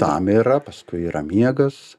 tam yra paskui yra miegas